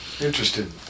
Interesting